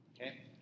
Okay